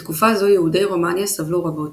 בתקופה זו יהודי רומניה סבלו רבות,